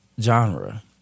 genre